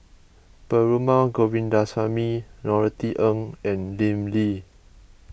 Perumal Govindaswamy Norothy Ng and Lim Lee